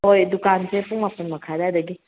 ꯍꯣꯏ ꯗꯨꯀꯥꯟꯁꯦ ꯄꯨꯡ ꯃꯥꯄꯟ ꯃꯈꯥꯏ ꯑꯗꯨꯋꯥꯏꯗꯒꯤ